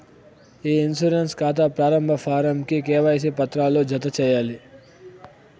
ఇ insurance కాతా ప్రారంబ form కి కేవైసీ పత్రాలు జత చేయాలి